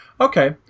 Okay